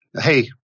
hey